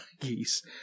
geese